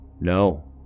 No